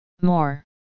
More